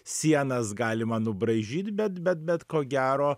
sienas galima nubraižyt bet bet bet ko gero